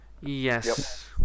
Yes